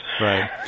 Right